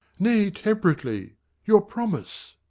nay, temperately your promise.